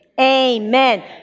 Amen